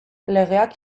legeak